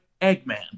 Eggman